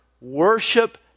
worship